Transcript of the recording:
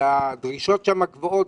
שהדרישות שם גבוהות.